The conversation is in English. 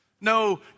No